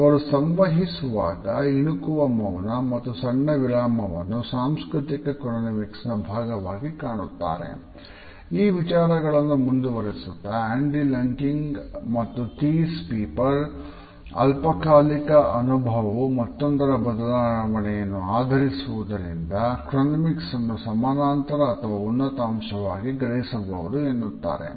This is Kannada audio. ಅವರು ಸಂವಹಿಸುವಾಗ ಇಣುಕುವ ಮೌನ ಮತ್ತು ಸಣ್ಣ ವಿರಾಮವನ್ನು ಸಾಂಸ್ಕೃತಿಕ ಕ್ರೋನೆಮಿಕ್ಸ್ ನ ಅನ್ನು ಸಮಾನಾಂತರ ಅಥವಾ ಉನ್ನತ ಅಂಶವಾಗಿ ಗ್ರಹಿಸಬಹುದು ಎನ್ನುತ್ತಾರೆ